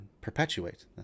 perpetuate